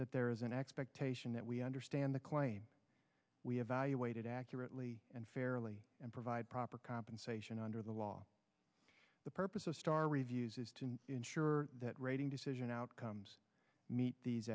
that there is an expectation that we understand the claim we evaluate it accurately and fairly and provide proper compensation under the law the purpose of star reviews is to ensure that rating decision outcomes meet these